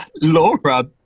Laura